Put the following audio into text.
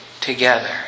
together